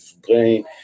brain